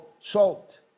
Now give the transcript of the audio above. Salt